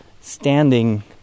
standing